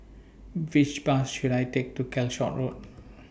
Which Bus should I Take to Calshot Road